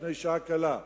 לפני שעה קלה,